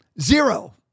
zero